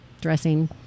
dressing